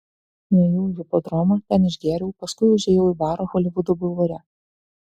nuėjau į hipodromą ten išgėriau paskui užėjau į barą holivudo bulvare